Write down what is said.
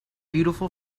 beautiful